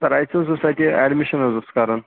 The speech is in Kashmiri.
سَر اَسہِ حظ اوس اَتہِ ایٚڈمِشَن حظ اوس کَرُن